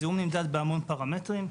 הזיהום נמדד בהמון פרמטרים.